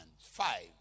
Five